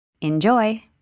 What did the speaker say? Enjoy